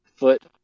Foot